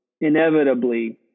inevitably